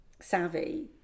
savvy